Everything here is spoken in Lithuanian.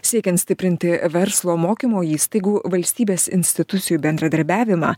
siekiant stiprinti verslo mokymo įstaigų valstybės institucijų bendradarbiavimą